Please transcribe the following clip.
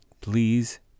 please